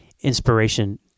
inspiration